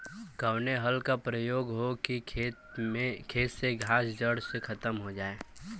कवने हल क प्रयोग हो कि खेत से घास जड़ से खतम हो जाए?